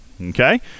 okay